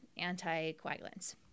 anticoagulants